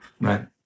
Right